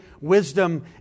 wisdom